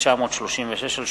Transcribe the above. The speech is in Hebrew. פניה קירשנבאום,